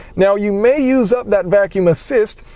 now, you may use up that vacuum assist,